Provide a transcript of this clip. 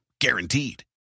guaranteed